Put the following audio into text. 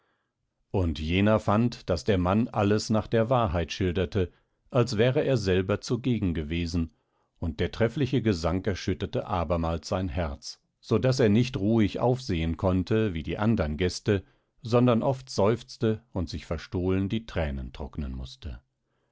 und jener fand daß der mann alles nach der wahrheit schilderte als wäre er selber zugegen gewesen und der treffliche gesang erschütterte abermals sein herz so daß er nicht ruhig aufsehen konnte wie die andern gaste sondern oft seufzte und sich verstohlen die thränen trocknen mußte